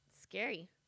Scary